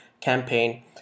campaign